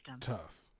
Tough